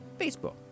Facebook